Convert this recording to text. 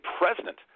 president